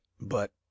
But